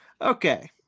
Okay